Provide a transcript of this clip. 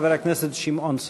חבר הכנסת שמעון סולומון.